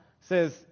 says